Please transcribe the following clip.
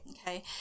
okay